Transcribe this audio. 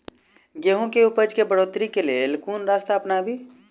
गेंहूँ केँ उपजाउ केँ बढ़ोतरी केँ लेल केँ रास्ता अपनाबी?